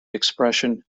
expression